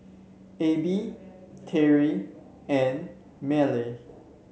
Abie Tari and Mylie